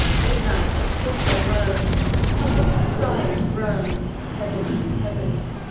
midnight, assist our moan help us to sigh and groan, heavily, heavily